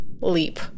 leap